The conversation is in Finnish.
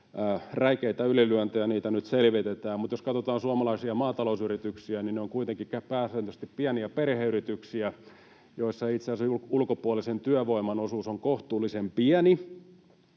räikeitä ylilyöntejä, ja niitä nyt selvitetään, mutta jos katsotaan suomalaisia maatalousyrityksiä, niin ne ovat kuitenkin pääsääntöisesti pieniä perheyrityksiä, joissa itse asiassa ulkopuolisen työvoiman osuus on kohtalaisen pieni.